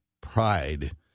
pride